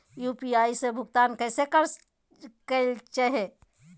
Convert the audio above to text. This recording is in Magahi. यू.पी.आई से भुगतान कैसे कैल जहै?